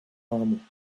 ramo